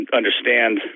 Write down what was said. understand